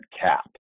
cap